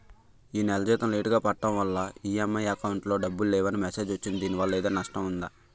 ఈ నెల జీతం లేటుగా పడటం వల్ల ఇ.ఎం.ఐ అకౌంట్ లో డబ్బులు లేవని మెసేజ్ వచ్చిందిదీనివల్ల ఏదైనా నష్టం ఉందా?